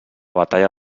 batalla